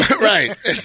Right